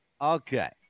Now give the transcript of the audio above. okay